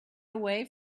away